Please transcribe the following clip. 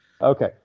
Okay